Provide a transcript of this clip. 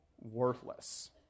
worthless